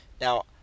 now